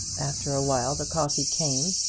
after a while the coffee came,